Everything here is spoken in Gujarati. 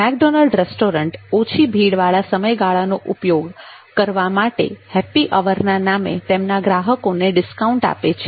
મેકડોનાલ્ડ રેસ્ટોરન્ટ ઓછી ભીડ વાળા સમયગાળાનો યોગ્ય ઉપયોગ કરવા માટે હેપ્પી અવરના નામે તેમના ગ્રાહકોને ડિસ્કાઉન્ટ આપે છે